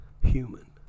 human